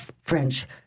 French